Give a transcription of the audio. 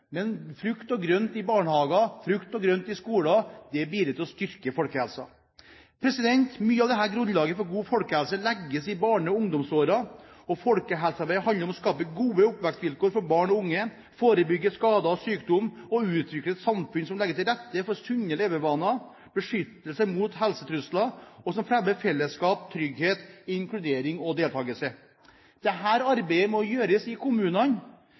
men frukt og grønt i barnehager, frukt og grønt i skoler, bidrar til å styrke folkehelsen. Mye av dette grunnlaget for god folkehelse legges i barne- og ungdomsårene. Folkehelsearbeid handler om å skape gode oppvekstvilkår for barn og unge, forebygge skader og sykdom, utvikle et samfunn som legger til rette for sunne levevaner, som beskytter mot helsetrusler og fremmer fellesskap, trygghet, inkludering og deltakelse. Dette arbeidet må gjøres i kommunene.